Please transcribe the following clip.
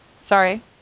Sorry